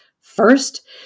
first